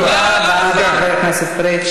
תודה רבה, חבר הכנסת פריג'.